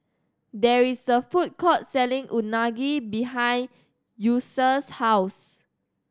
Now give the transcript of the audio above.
there is a food court selling Unagi behind Ulysses' house